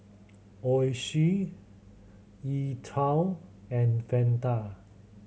Oishi E Twow and Fanta